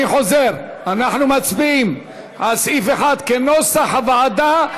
אני חוזר: אנחנו מצביעים על סעיף 1 כנוסח הוועדה,